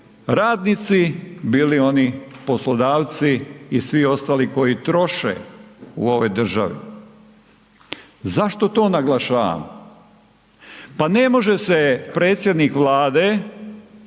radnici, bili oni poslodavci i svi ostali koji troše u ovoj državi. Zašto to naglašavam? Pa ne može se predsjednik Vlade